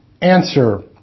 Answer